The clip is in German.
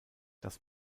das